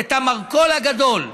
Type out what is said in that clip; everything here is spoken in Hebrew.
את המרכול הגדול,